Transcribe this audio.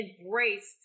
embraced